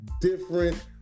different